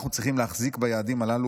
אנחנו צריכים להחזיק ביעדים הללו,